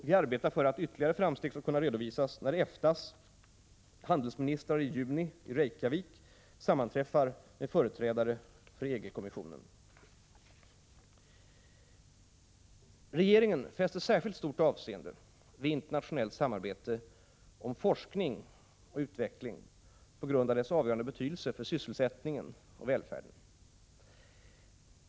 Vi arbetar för att ytterligare framsteg skall kunna redovisas när EFTA:s handelsministrar i juni i Reykjavik sammanträffar med företrädare för EG-kommissionen. Regeringen fäster särskilt stort avseende vid internationellt samarbete om forskning och utveckling på grund av dess avgörande betydelse för sysselsättning och välfärd.